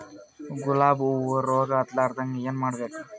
ಗುಲಾಬ್ ಹೂವು ರೋಗ ಹತ್ತಲಾರದಂಗ ಏನು ಮಾಡಬೇಕು?